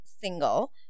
single